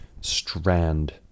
strand